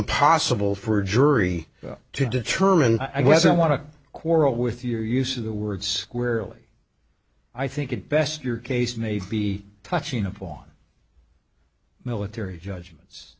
impossible for a jury to determine i guess i want to quarrel with your use of the word squarely i think it best your case may be touching upon military judgments